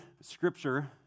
scripture